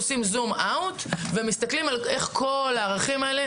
עושים זום אאוט ורואים איך כל הערכים האלה